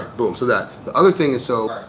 boom. so that, the other thing is so.